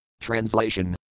Translation